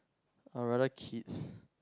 I rather kids